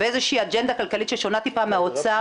באיזושהי אג'נדה כלכלית ששונה טיפה מהאוצר,